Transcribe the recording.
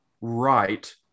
right